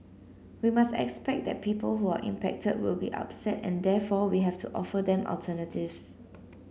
we must expect that people who are impacted will be upset and therefore we have to offer them alternatives